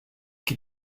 qui